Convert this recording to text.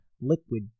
Liquid